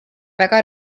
väga